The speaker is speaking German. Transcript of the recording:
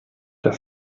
der